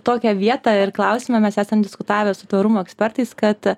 tokią vietą ir klausimą mes esam diskutavę su tvarumo ekspertais kad